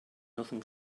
nothing